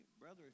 Brother